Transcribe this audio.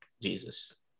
Jesus